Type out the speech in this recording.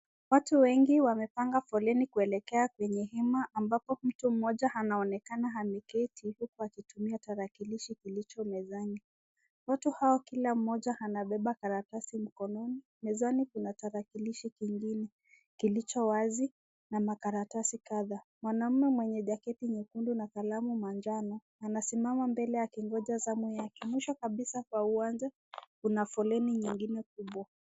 Watu wengi wamepanga foleni kuelekea kwenye hema ambapo mtu mmoja anaonekana ameketi huku akitumia tarakilishi kilicho mezani. Watu hao kila mmoja anabeba karatasi mkononi ,mezani kuna tarakilishi kingine kilichowazi na makaratasi kadhaa. Mwanaume mwenye jacket nyekundu na kalamu manjano anasimama mbele akingoja zamu yake. Mwisho kabisa kwa uwanja kuna foleni nyingine kubwa.